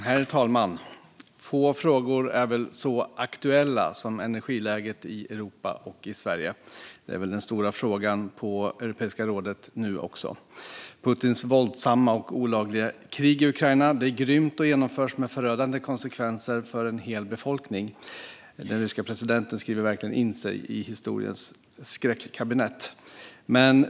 Herr talman! Få frågor är väl så aktuella som energiläget i Europa och i Sverige. Det är väl också den stora frågan nu på Europeiska rådet. Putins våldsamma och olagliga krig i Ukraina är grymt och genomförs med förödande konsekvenser för en hel befolkning. Den ryska presidenten skriver verkligen in sig i historiens skräckkabinett.